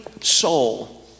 soul